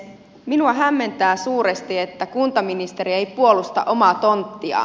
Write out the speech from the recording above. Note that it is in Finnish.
minua hämmentää suuresti että kuntaministeri ei puolusta omaa tonttiaan